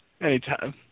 Anytime